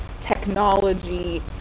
technology